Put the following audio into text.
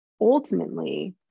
ultimately